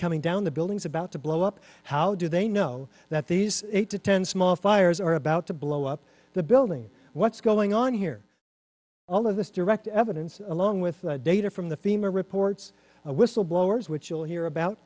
coming down the buildings about to blow up how do they know that these eight to ten small fires are about to blow up the building what's going on here all of this direct evidence along with the data from the femur reports of whistleblowers which you'll hear about